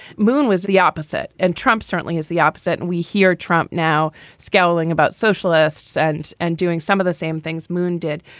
moon was the opposite. and trump certainly is the opposite. and we hear trump now scowling about socialists and and doing some of the same things moon did.